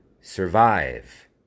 survive